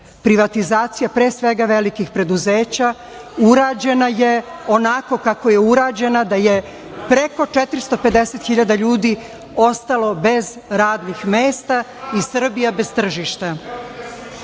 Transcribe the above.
privatizacija pre svega velikih preduzeća urađena je onako kako je urađena, da je preko 450.000 ljudi ostalo bez radnih mesta i Srbija bez tržišta. To